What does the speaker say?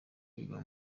biba